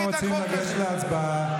אנחנו רוצים לגשת להצבעה.